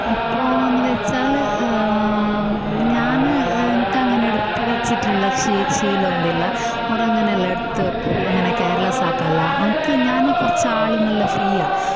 ഇപ്പോഴെന്ന് വെച്ചാൽ ഞാൻ എനിക്കങ്ങനെ എടുത്തുവെച്ചിട്ടുള്ള ശീ ശീലമൊന്നുമില്ല ഓറ് അങ്ങനെയല്ല എടുത്തുവയ്ക്കും അങ്ങനെ കെയർലെസ് ആക്കല്ല എനിക്ക് ഞാൻ കുറച്ച് ആൾ നല്ല ഫ്രീ ആണ്